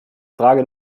frage